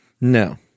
no